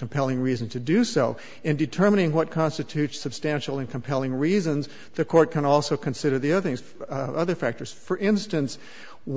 compelling reason to do so in determining what constitutes substantial and compelling reasons the court can also consider the other things other factors for instance